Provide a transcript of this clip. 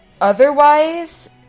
otherwise